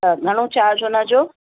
त घणो चार्ज उन जो